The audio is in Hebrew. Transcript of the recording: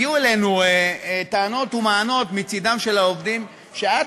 הגיעו אלינו טענות ומענות מצדם של העובדים שעד